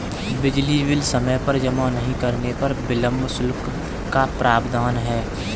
बिजली बिल समय पर जमा नहीं करने पर विलम्ब शुल्क का प्रावधान है